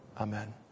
Amen